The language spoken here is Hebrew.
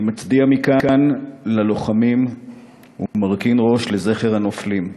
אני מצדיע מכאן ללוחמים ומרכין ראש לזכר הנופלים.